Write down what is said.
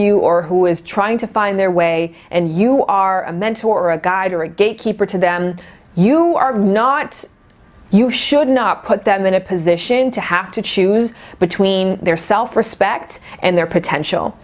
you or who is trying to find their way and you are a mentor or a guide or a gatekeeper to them you are not you should not put them in a position to have to choose between their self respect and their potential